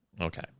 Okay